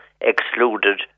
excluded